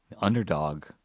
underdog